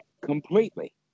completely